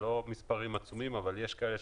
לא מספרים עצומים אבל יש כאלה.